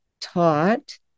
taught